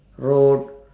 road